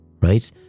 right